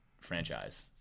franchise